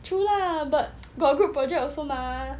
true lah but got a group project also mah